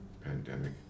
pandemic